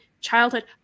childhood